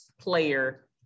player